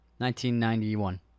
1991